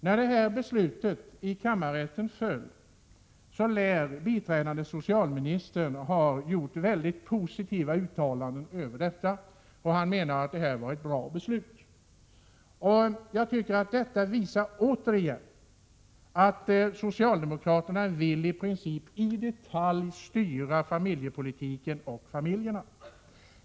När detta beslut föll i kammarrätten lär biträdande socialministern ha gjort mycket positiva uttalanden. Han menade att detta var ett bra beslut. Det visar återigen att socialdemokraterna i princip i detalj vill styra familjepolitiken och familjerna.